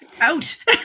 out